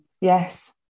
Yes